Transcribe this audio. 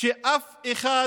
שאף אחד